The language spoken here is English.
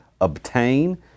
obtain